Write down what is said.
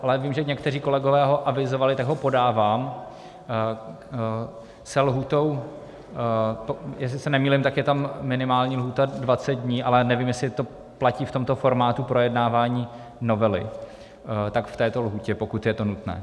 Ale vím, že někteří kolegové ho avizovali, tak ho podávám se lhůtou, jestli se nemýlím, tak je tam minimální lhůta 20 dní, ale nevím, jestli to platí v tomto formátu projednávání novely, tak v této lhůtě, pokud je to nutné.